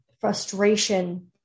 frustration